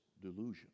delusion